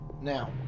Now